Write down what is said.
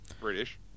British